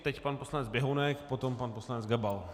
Teď pan poslanec Běhounek, potom pan poslanec Gabal.